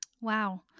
Wow